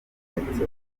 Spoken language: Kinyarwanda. kimenyetso